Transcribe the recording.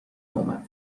اومد